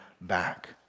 back